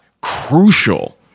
crucial